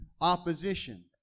opposition